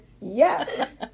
yes